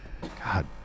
God